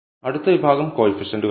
അടുത്ത വിഭാഗം കോയിഫിഷ്യൻറുകളാണ്